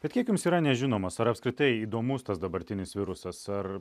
bet kiek jums yra nežinomas ar apskritai įdomus tas dabartinis virusas ar